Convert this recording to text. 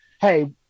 Hey